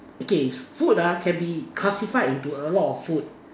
okay food ah can be classified into a lot of food